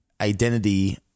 identity